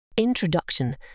Introduction